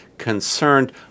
concerned